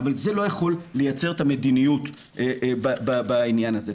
אבל זה לא יכול לייצר את המדיניות בעניין הזה.